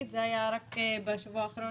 בשבוע האחרון